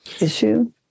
issue